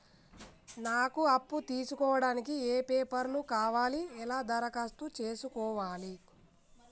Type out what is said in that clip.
నాకు అప్పు తీసుకోవడానికి ఏ పేపర్లు కావాలి ఎలా దరఖాస్తు చేసుకోవాలి?